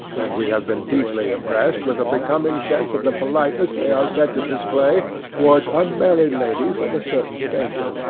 and we have been deeply impressed with a becoming sense of the politeness they are said to display towards unmarried ladies of a certain state.